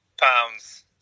pounds